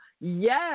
Yes